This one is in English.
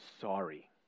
sorry